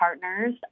partners